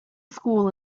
school